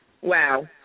Wow